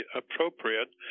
appropriate